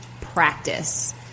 practice